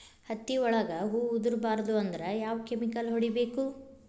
ಹತ್ತಿ ಒಳಗ ಹೂವು ಉದುರ್ ಬಾರದು ಅಂದ್ರ ಯಾವ ಕೆಮಿಕಲ್ ಹೊಡಿಬೇಕು?